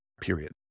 period